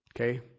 Okay